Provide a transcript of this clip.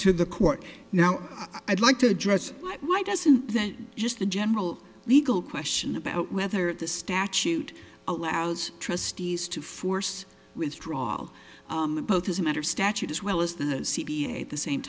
to the court now i'd like to address why doesn't that just the general legal question about whether the statute allows trustees to force withdrawal both as a matter statute as well as the c p at the same